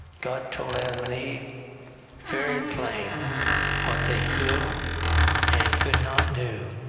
god told adam and eve very plain what they could and could not do,